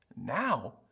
now